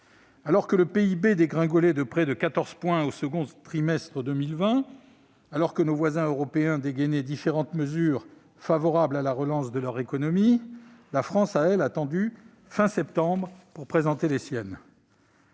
Alors que le PIB dégringolait de près de 14 points au deuxième trimestre 2020 et que nos voisins européens dégainaient différentes mesures favorables à la relance de leur économie, la France a, elle, attendu fin septembre pour présenter les siennes.